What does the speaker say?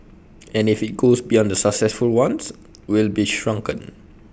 and if IT goes beyond the successful ones we'll be shrunken